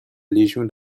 légion